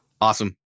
awesome